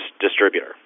distributor